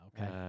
Okay